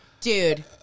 Dude